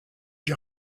die